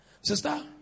Sister